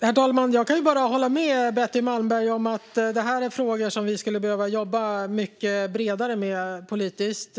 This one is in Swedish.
Herr talman! Jag kan bara hålla med Betty Malmberg om att det här är frågor som vi skulle behöva jobba mycket bredare med politiskt.